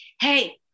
Hey